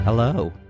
Hello